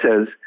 says